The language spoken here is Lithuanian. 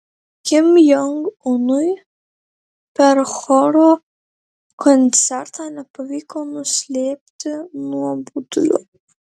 kim jong unui per choro koncertą nepavyko nuslėpti nuobodulio